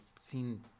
seen